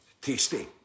tasty